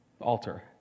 altar